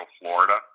Florida